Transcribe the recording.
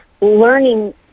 learning